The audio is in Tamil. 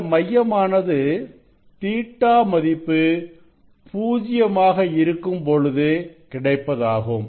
இந்த மையமானது Ɵ மதிப்பு பூஜ்ஜியமாக இருக்கும் பொழுது கிடைப்பதாகும்